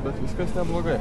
bet viskas neblogai